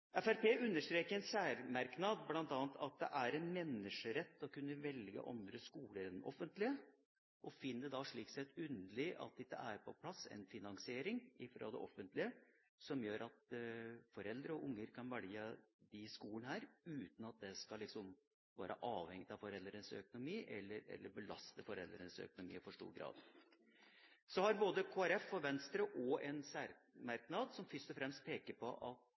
understreker i en særmerknad bl.a. at det er en menneskerett å kunne velge andre skoler enn de offentlige, og finner det slik sett underlig at det ikke er på plass en finansiering fra det offentlige som gjør at foreldre og unger kan velge disse skolene uten at det skal være avhengig av foreldrenes økonomi eller belaste foreldrenes økonomi i for stor grad. Så har både Kristelig Folkeparti og Venstre en særmerknad som først og fremst peker på at